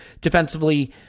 defensively